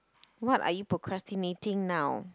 what are you procrastinating now